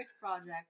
Project